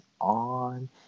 on